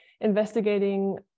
investigating